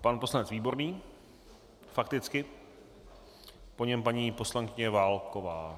Pan poslanec Výborný fakticky, po něm paní poslankyně Válková.